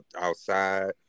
outside